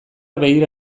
begira